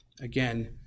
again